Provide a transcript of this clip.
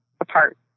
apart